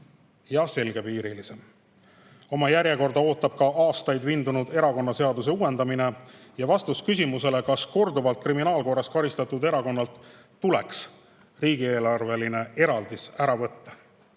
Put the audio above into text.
ja selgepiirilisem. Oma järjekorda ootab ka aastaid vindunud erakonnaseaduse uuendamine ja vastus küsimusele, kas korduvalt kriminaalkorras karistatud erakonnalt tuleks riigieelarveline eraldis ära võtta.